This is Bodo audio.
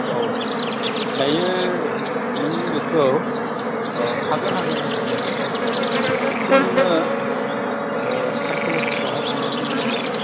औ दायो नों बेखौ हागोन हागोन बेखौ नोङो सार्कोल अफिसावहाय थांनो गोनां जागोन